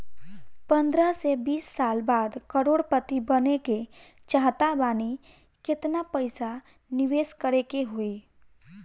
पंद्रह से बीस साल बाद करोड़ पति बने के चाहता बानी केतना पइसा निवेस करे के होई?